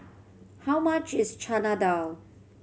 how much is Chana Dal